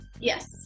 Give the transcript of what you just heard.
Yes